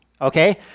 okay